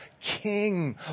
King